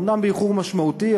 אומנם באיחור משמעותי,